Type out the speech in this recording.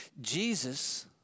Jesus